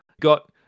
got